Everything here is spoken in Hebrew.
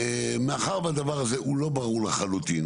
ומאחר והדבר הזה הוא לא ברור לחלוטין,